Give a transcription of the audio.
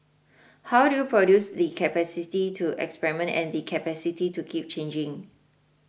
how do you produce the capacity to experiment and the capacity to keep changing